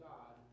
God